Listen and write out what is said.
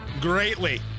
greatly